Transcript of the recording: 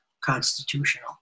constitutional